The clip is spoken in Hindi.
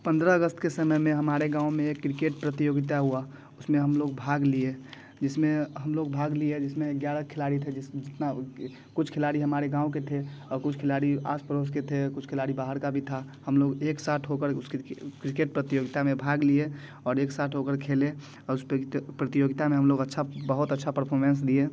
पंद्रह अगस्त के समय में हमारे गाँव में एक किरकेट प्रतियोगिता हुआ उसमें हम लोग भाग लिए जिसमें हम लोग भाग लिया जिसमें ग्यारह खिलाड़ी थे जिसकी कितना कुछ खिलाड़ी हमारे गाँव के थे और कुछ खिलाड़ी आज आस पड़ोस के थे कुछ खिलाड़ी बाहर के भी थे हम लोग एक साथ होकर उसकी करके किरकेट प्रतियोगिता में भाग लिए और एक साथ होकर खेले और उस प्रगति प्रतियोगिता में हम लोग अच्छा बहुत अच्छा परफॉर्मेंस दिए